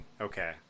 Okay